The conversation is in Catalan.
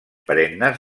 perennes